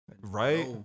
Right